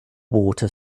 water